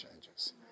changes